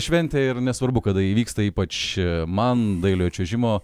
šventė ir nesvarbu kada įvyksta ypač man dailiojo čiuožimo